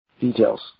Details